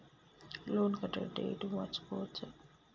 Loan కట్టే date మార్చుకోవచ్చా?